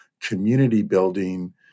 community-building